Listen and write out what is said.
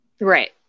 Right